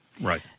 Right